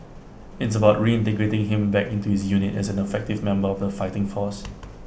it's about reintegrating him back into his unit as an effective member of the fighting force